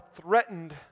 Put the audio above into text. threatened